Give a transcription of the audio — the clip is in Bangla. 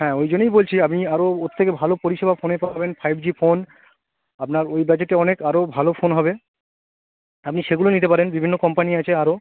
হ্যাঁ ওই জন্যই বলছি আপনি আরও ওর থেকে ভালো পরিষেবা ফোনে পাবেন ফাইভ জি ফোন আপনার ওই বাজেটে অনেক আরও ভালো ফোন হবে আপনি সেগুলো নিতে পারেন বিভিন্ন কম্পানি আছে আরও